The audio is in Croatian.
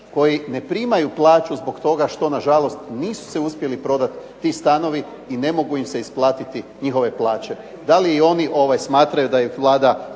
koji ne primaju plaću zbog toga što nažalost nisu se uspjeli prodati ti stanovi i ne mogu im se isplatiti njihove plaće, da li i oni smatraju da Vlada